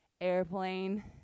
airplane